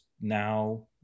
now